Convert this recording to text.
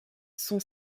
son